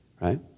right